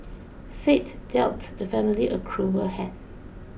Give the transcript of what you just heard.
fate dealt the family a cruel hand